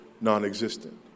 non-existent